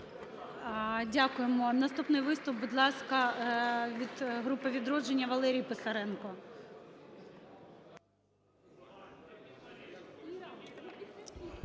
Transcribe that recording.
Дякуємо. Наступний виступ. Будь ласка, від групи "Відродження" Валерій Писаренко.